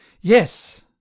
Yes